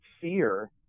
fear